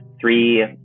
three